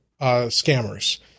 scammers